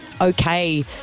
okay